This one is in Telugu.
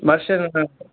లక్ష రూ